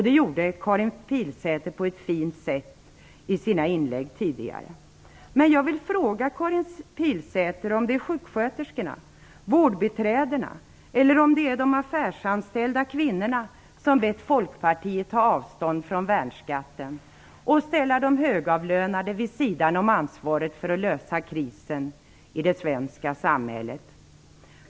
Det gjorde Karin Pilsäter på ett fint sätt i sina inlägg tidigare. Men jag vill fråga Karin Pilsäter: Är det sjuksköterskorna, vårdbiträdena eller de affärsanställda kvinnorna som bett Folkpartiet att ta avstånd från värnskatten och ställa de högavlönade vid sidan om ansvaret för att lösa krisen i det svenska samhället?